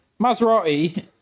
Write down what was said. Maserati